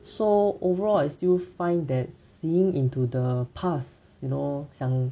so overall I still find that seeing into the past you know 想